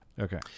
Okay